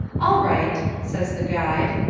all right, says the guide,